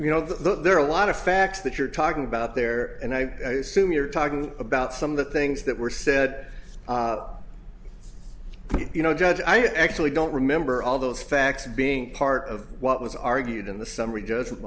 you know there are a lot of facts that you're talking about there and i assume you're talking about some of the things that were said you know judge i actually don't remember all those facts being part of what was argued in the summary judgment